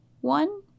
one